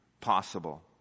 possible